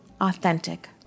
authentic